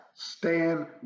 stand